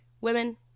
Women